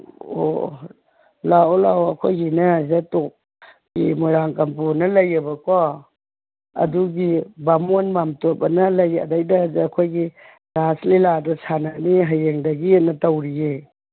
ꯑꯣ ꯑꯣ ꯂꯥꯛꯑꯣ ꯂꯥꯛꯑꯣ ꯑꯩꯈꯣꯏꯁꯤꯅ ꯁꯤꯗ ꯇꯣꯞꯀꯤ ꯃꯣꯏꯔꯥꯡ ꯀꯝꯄꯣꯅ ꯂꯩꯌꯦꯕꯀꯣ ꯑꯗꯨꯒꯤ ꯕꯥꯃꯣꯟ ꯃꯥꯝꯗꯣꯞ ꯍꯥꯏꯅ ꯂꯩ ꯑꯗꯩꯗ ꯑꯩꯈꯣꯏꯒꯤ ꯔꯥꯁ ꯂꯤꯂꯥꯗꯣ ꯁꯥꯟꯅꯅꯤ ꯍꯌꯦꯡꯗꯒꯤꯅ ꯇꯧꯔꯤꯌꯦ